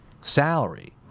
salary